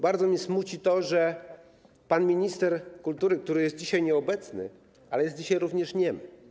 Bardzo mnie smuci to, że pan minister kultury jest dzisiaj nieobecny, ale jest dzisiaj również niemy.